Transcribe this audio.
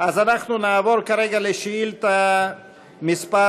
אז אנחנו נעבור כרגע לשאילתה מס'